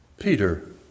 Peter